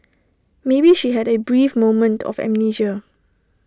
maybe she had A brief moment of amnesia